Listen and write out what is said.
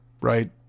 right